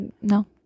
no